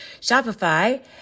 Shopify